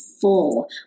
full